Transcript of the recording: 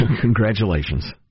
Congratulations